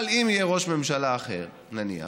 אבל אם יהיה ראש ממשלה אחר, נניח,